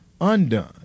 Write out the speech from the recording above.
undone